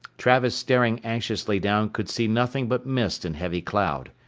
travis staring anxiously down could see nothing but mist and heavy cloud.